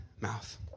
mouth